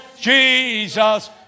Jesus